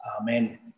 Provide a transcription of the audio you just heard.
Amen